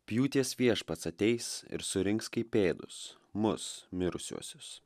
pjūties viešpats ateis ir surinks kaip pėdus mus mirusiuosius